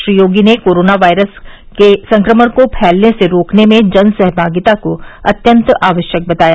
श्री योगी ने corona virus के संक्रमण को फैलने से रोकने में जनसहभागिता को अत्यंत आवश्यक बताया